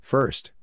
First